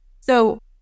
So-